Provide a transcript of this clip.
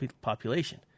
population